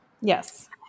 Yes